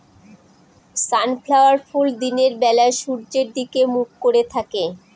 sunflower ফুল দিনের বেলা সূর্যের দিকে মুখ করে থাকে